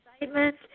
excitement